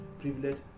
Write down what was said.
privileged